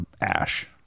ash